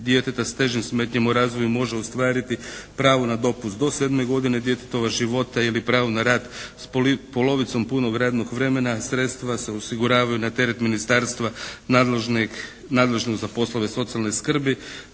djeteta s težim smetnjama u razvoju može ostvariti pravo na dopust do 7 godine djetetova života ili pravo na rad s polovicom punog radnog vremena. Sredstva se osiguravaju na teret ministarstva nadležno za poslove socijalne skrbi.